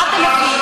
מה אתה מבין?